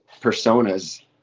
personas